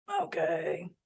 Okay